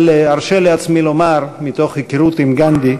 אבל ארשה לעצמי לומר אותם, ומתוך היכרות עם גנדי,